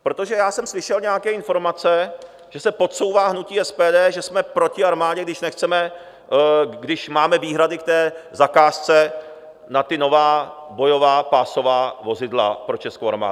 Protože já jsem slyšel nějaké informace, že se podsouvá hnutí SPD, že jsme proti armádě, když nechceme, když máme výhrady k té zakázce na ta nová bojová pásová vozidla pro českou armádu.